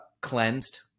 cleansed